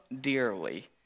dearly